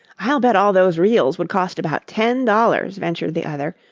i'll bet all those reals would cost about ten dollars, ventured the other,